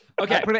Okay